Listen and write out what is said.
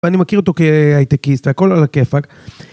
אני מכיר אותו כהייטקיסט, הכל על הכיפאק.